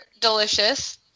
delicious